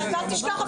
יוסי, לא להצטלם.